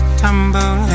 tumble